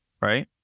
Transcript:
right